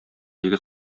егет